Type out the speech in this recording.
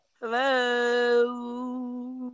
hello